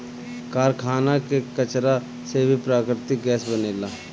कारखाना के कचरा से भी प्राकृतिक गैस बनेला